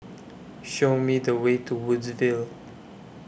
Show Me The Way to Woodsville